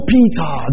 Peter